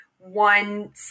One